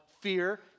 fear